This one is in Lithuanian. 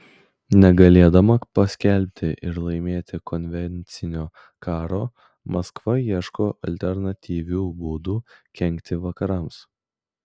negalėdama paskelbti ir laimėti konvencinio karo maskva ieško alternatyvių būdų kenkti vakarams